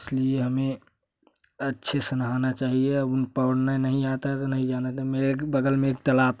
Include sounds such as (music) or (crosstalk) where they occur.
इस लिए हमें अच्छे से नहाना चाहिए (unintelligible) पौड़ना नहीं आता है तो नहीं जाना मेरे बग़ल में एक तलाब है